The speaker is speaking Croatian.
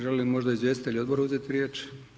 Žele li možda izvjestitelji odbora uzeti riječ?